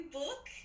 book